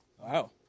Wow